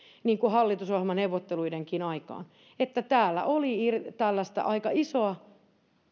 niin kuin hallitusohjelmaneuvotteluidenkin aikaan että täällä oli tällaista aika isoa